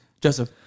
Joseph